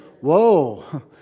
whoa